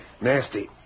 Nasty